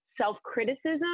self-criticism